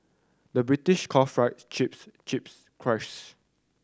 the British calls fries chips chips crisps